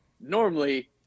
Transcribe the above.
normally